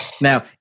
Now